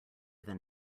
than